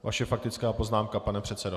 Vaše faktická poznámka, pane předsedo.